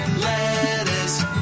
lettuce